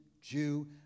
Jew